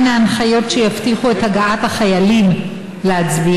2. מהן ההנחיות שיבטיחו את הגעת החיילים להצביע?